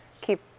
keep